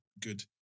good